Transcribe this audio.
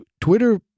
Twitter